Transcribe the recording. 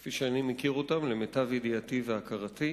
כפי שאני מכיר אותן, למיטב ידיעתי והכרתי.